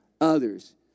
others